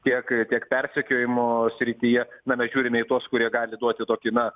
tiek tiek persekiojimo srityje na mes žiūrime į tuos kurie gali duoti tokį na